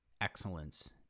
excellence